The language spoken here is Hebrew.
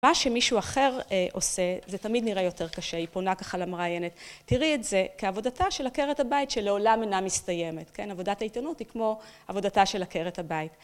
מה שמישהו אחר עושה, זה תמיד נראה יותר קשה, היא פונה ככה למראיינת. תראי את זה כעבודתה של עקרת הבית שלעולם אינה מסתיימת, כן? עבודת העיתונות היא כמו עבודתה של עקרת הבית.